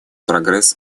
прогресс